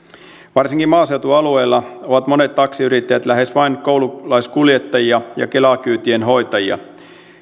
varsinkin maaseutualueilla ovat monet taksiyrittäjät lähes vain koululaiskuljettajia ja kela kyytien hoitajia